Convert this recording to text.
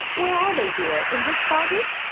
where are they, dear? in this closet?